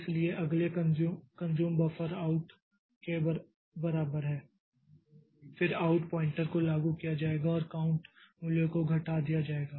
इसलिए अगले consume buffer out के बराबर है फिर आउट पॉइंटर को लागू किया जाएगा और काउंट मूल्य को घटा दिया जाएगा